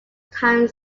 time